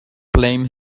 blame